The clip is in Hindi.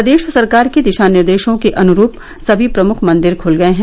प्रदेश सरकार के दिशा निर्देश के अनुरूप सभी प्रमुख मंदिर खुल गए हैं